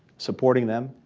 supporting them,